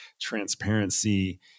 transparency